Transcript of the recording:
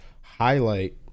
highlight